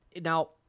Now